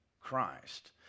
Christ